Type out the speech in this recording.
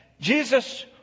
Jesus